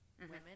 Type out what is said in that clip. women